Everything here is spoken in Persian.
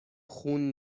خون